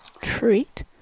treat